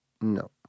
no